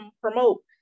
promote